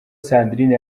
sandrine